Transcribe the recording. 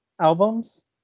albums